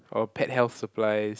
our pet health supplies